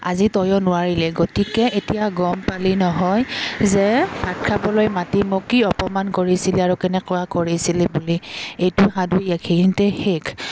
আজি তইয়ো নোৱাৰিলে গতিকে এতিয়া গম পালি নহয় যে ভাত খাবলৈ মাতি মোক কি অপমান কৰিছিলি আৰু কেনেকুৱা কৰিছিলি বুলি এইটো সাধু এইখিনিতেই শেষ